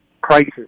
crisis